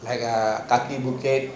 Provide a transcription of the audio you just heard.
like ah khaki bukit